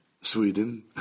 Sweden